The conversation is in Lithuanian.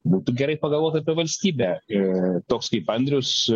būtų gerai pagalvot apie valstybę ir toks kaip andrius